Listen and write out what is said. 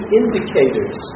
indicators